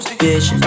bitch